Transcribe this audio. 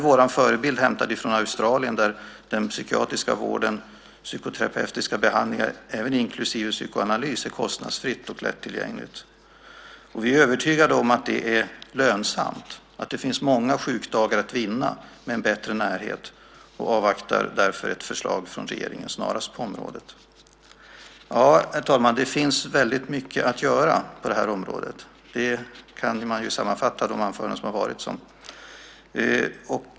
Vår förebild är hämtad från Australien, där den psykiatriska vården, psykoterapeutiska behandlingar inklusive psykoanalys, är kostnadsfri och lättillgänglig. Vi är övertygade om att det är lönsamt och att det finns många sjukdagar att vinna med en bättre närhet och avvaktar därför snarast ett förslag från regeringen på området. Herr talman! Det finns väldigt mycket att göra på det här området. Så kan man sammanfatta de anföranden som har hållits.